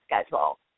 schedule